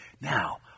Now